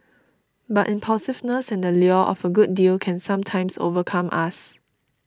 but impulsiveness and the lure of a good deal can sometimes overcome us